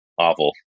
awful